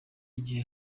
igihe